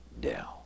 down